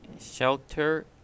shelter